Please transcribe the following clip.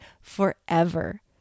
forever